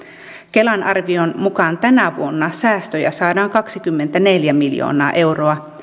kelan arvion mukaan tänä vuonna säästöjä saadaan kaksikymmentäneljä miljoonaa euroa